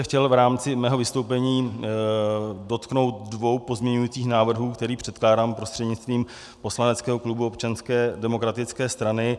Chtěl bych se v rámci svého vystoupení dotknout dvou pozměňujících návrhů, které předkládám prostřednictvím poslaneckého klubu Občanské demokratické strany.